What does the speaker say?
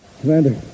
Commander